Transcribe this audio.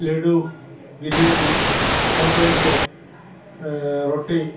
laddu jalebi chocolate റൊട്ടി